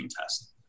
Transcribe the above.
test